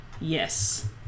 Yes